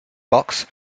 box